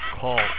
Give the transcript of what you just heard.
call